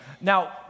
Now